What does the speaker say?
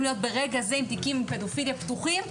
להיות ברגע זה עם תיקי פדופיליה פתוחים,